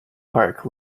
park